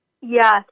Yes